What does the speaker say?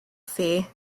fee